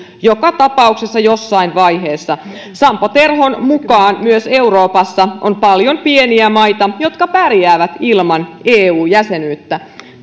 joka tapauksessa jossain vaiheessa sampo terhon mukaan myös euroopassa on paljon pieniä maita jotka pärjäävät ilman eu jäsenyyttä